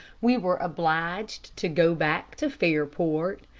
we were obliged to go back to fairport.